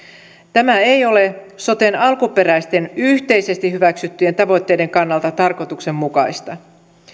tämä ei ole soten alkuperäisten yhteisesti hyväksyttyjen tavoitteiden kannalta tarkoituksenmukaista